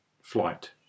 flight